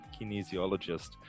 kinesiologist